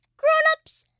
grown-ups,